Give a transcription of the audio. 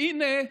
והינה,